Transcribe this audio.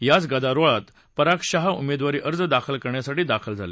याच गदारोळात पराग शहा उमेदवारी अर्ज दाखल करण्यासाठी दाखल झाले